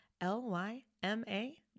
L-Y-M-A